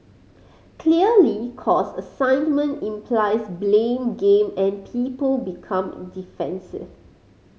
clearly cause assignment implies blame game and people become defensive